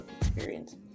experience